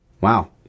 Wow